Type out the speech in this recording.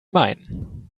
mein